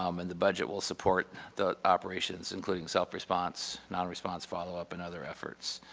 um and the budget will support the operations including self response, non-response follow-up and other efforts.